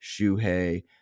Shuhei